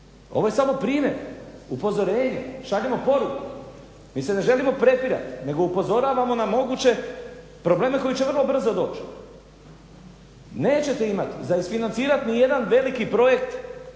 ovo je samo primjer, upozorenje, šaljemo poruku. Mi se ne želimo prepirati nego upozoravamo na moguće probleme koji će vrlo brzo doći. Nećete imati za isfinancirat ni jedan veliki projekt